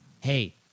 Hey